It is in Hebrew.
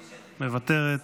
מוותרת,